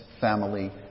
family